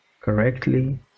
correctly